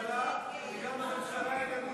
המחנה הציוני להביע